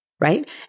right